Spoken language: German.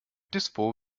dispo